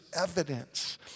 evidence